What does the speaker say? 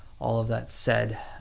all of that said,